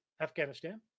Afghanistan